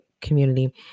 community